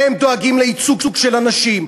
והם דואגים לייצוג של אנשים,